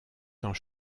temps